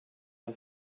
der